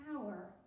power